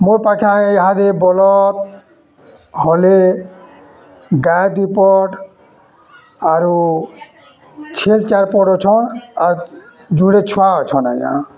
ମୋର୍ ପାଖେ ଆଜ୍ଞା ଇହାଦେ ବଲଦ୍ ହଲେ ଗାଏ ଦୁଇ ପଟ୍ ଆରୁ ଛେଲ୍ ଚାର୍ପଟ୍ ଅଛନ୍ ଆର୍ ଯୁଡେ ଛୁଆ ଆଛନ୍ ଆଜ୍ଞା